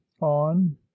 on